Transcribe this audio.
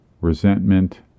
resentment